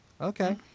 Okay